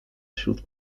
wśród